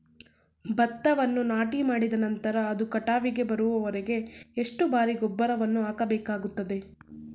ಭತ್ತವನ್ನು ನಾಟಿಮಾಡಿದ ನಂತರ ಅದು ಕಟಾವಿಗೆ ಬರುವವರೆಗೆ ಎಷ್ಟು ಬಾರಿ ಗೊಬ್ಬರವನ್ನು ಹಾಕಬೇಕಾಗುತ್ತದೆ?